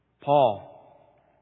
Paul